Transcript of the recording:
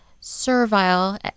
servile